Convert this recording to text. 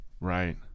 right